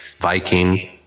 Viking